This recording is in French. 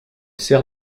sert